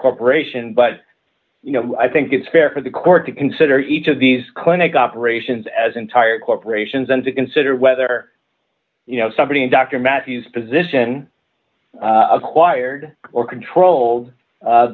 corporation but you know i think it's fair for the court to consider each of these clinic operations as entire corporations and to consider whether you know somebody a doctor matthews position acquired or controlled